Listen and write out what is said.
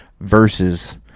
versus